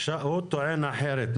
הוא טוען אחרת,